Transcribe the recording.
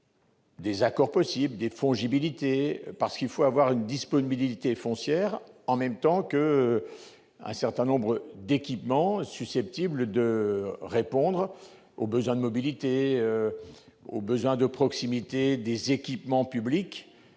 des accords possibles ou des fongibilités ? Il faut en effet une disponibilité foncière en même temps qu'un certain nombre d'équipements susceptibles de répondre aux besoins de mobilité et de proximité des équipements publics